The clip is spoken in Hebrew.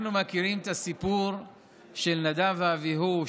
אנחנו מכירים את הסיפור של נדב ואביהוא,